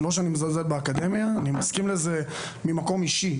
לא שאני מזלזל באקדמיה, אני מסכים לזה ממקום אישי.